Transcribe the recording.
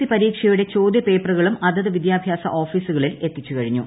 C പരീക്ഷയുടെ ചോദ്യപേപ്പറുകളും അതത് വിദ്യാഭ്യാസ ഓഫീസുകളിൽ എത്തിച്ചുകഴിഞ്ഞു